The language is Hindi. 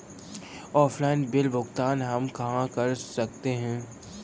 ऑफलाइन बिल भुगतान हम कहां कर सकते हैं?